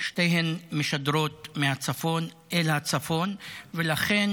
שתיהן משדרות מהצפון אל הצפון, ולכן